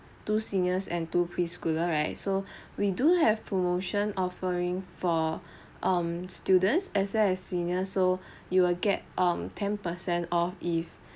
two seniors and two pre-schooler right so we do have promotion offering for um students as well as senior so you'll get um ten percent of if